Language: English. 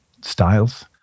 styles